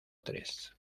tres